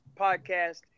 podcast